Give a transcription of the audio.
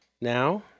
Now